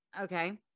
Okay